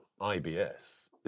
IBS